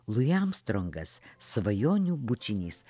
lui amstrongas svajonių bučinys